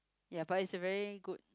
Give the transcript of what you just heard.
ya but it's a very good